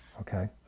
okay